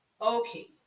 Okay